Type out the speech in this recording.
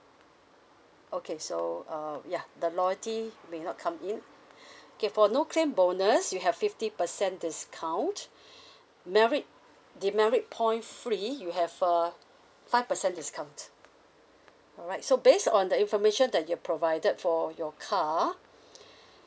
okay so um yeah the loyalty may not come in okay for no claim bonus you have fifty percent discount merit the merit point free you have uh five percent discount alright so based on the information that you have provided for your car